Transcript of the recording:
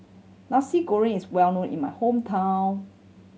Nasi Goreng is well known in my hometown